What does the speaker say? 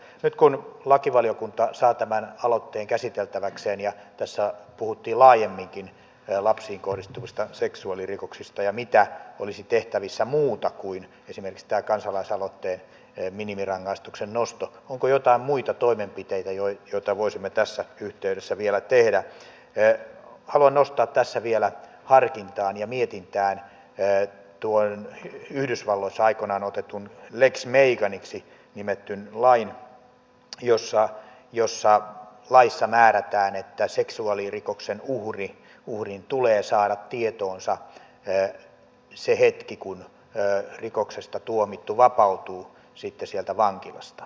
nyt kun lakivaliokunta saa tämän aloitteen käsiteltäväkseen ja tässä puhuttiin laajemminkin lapsiin kohdistuvista seksuaalirikoksista ja siitä mitä muuta olisi tehtävissä kuin esimerkiksi tämä kansalaisaloitteen minimirangaistuksen nosto onko joitain muita toimenpiteitä joita voisimme tässä yhteydessä vielä tehdä niin haluan nostaa tässä vielä harkintaan ja mietintään tuon yhdysvalloissa aikoinaan otetun lex meganiksi nimetyn lain jossa määrätään että seksuaalirikoksen uhrin tulee saada tietoonsa se hetki kun rikoksesta tuomittu vapautuu sitten sieltä vankilasta